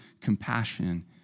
compassion